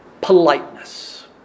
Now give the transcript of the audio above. Politeness